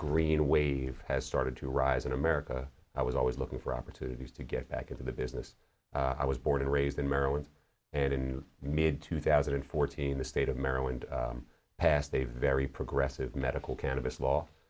green wave has started to rise in america i was always looking for opportunities to get back into the business i was born and raised in maryland and in mid two thousand and fourteen the state of maryland passed a very progressive medical cannabis